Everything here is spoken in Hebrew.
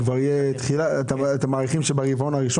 כמה ממתינים כיום?